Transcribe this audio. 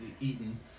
eaten